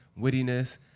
wittiness